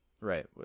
Right